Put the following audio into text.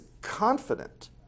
confident